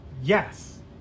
Yes